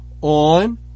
on